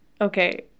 Okay